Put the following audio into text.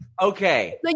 Okay